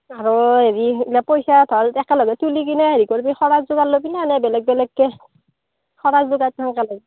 ও হেৰি নে পইচা ভাল একেলগে তুলি কিনে হেৰি কৰিবি শৰাই যোগাৰ ল'বিনে বেলেগ বেলেগকৈ শৰাই যোগাৰ কেনেকৈ ল'বি